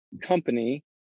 company